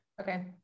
okay